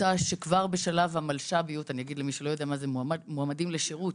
עמותה שכבר בשלב המלשב"יות - מועמדים לשרות